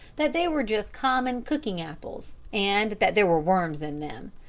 that they were just common cooking-apples, and that there were worms in them.